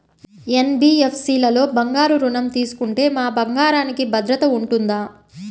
NBFC లలో బంగారు ఋణం తీసుకుంటే మా బంగారంకి భద్రత ఉంటుందా?